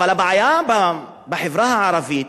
אבל הבעיה בחברה הערבית